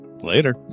Later